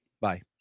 Bye